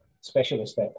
specialist